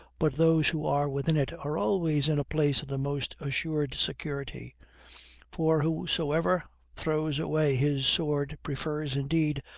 but those who are within it are always in a place of the most assured security for whosoever throws away his sword prefers, indeed,